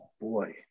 boy